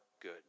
good